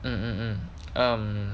mm mm mm um